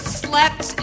slept